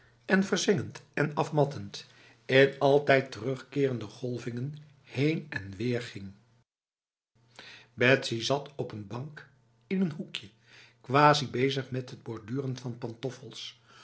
en verzengend en afmattend in altijd terugkerende golvingen heen en weer ging betsy zat op een bank in een hoekje quasi bezig met het borduren van pantoffels